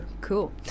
cool